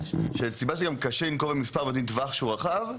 הסיבה שגם קשה לנקוב במספר ונותנים טווח שהוא רחב,